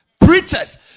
Preachers